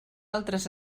altres